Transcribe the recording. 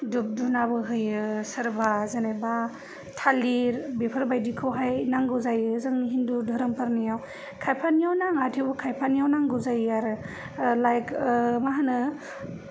दुब दुनाबो होयो सोरबा जेनोबा थालिर बेफोरबायदिखौ हाय नांगौ जायो जों हिन्दु धोरोमफोरनियाव खायफानियाव नाङा थेवबो खायफानियाव नांगौ जायो आरो लाइक मा होनो